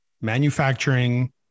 manufacturing